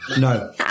no